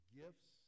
gifts